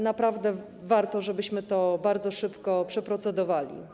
Naprawdę warto, żebyśmy to bardzo szybko przeprocedowali.